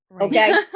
Okay